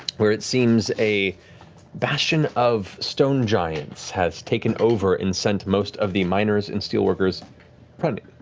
where it seems a bastion of stone giants has taken over and sent most of the miners and steel workers running.